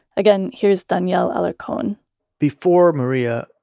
again, here's daniel alarcon before maria,